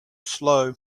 slow